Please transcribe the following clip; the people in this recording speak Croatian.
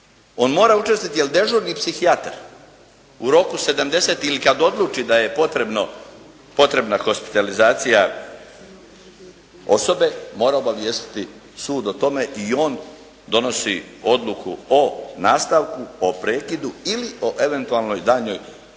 On mora učestvovati jer dežuran psihijatar u roku 70 ili kada odluči da je potrebna hospitalizacija osobe, mora obavijestiti sud o tome i on donosi odluku o nastavku, o prekidu ili o eventualnoj daljnjoj